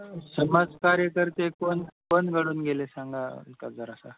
समाजकार्यकर्ते कोण कोण घडून गेले सांगाल का जरासं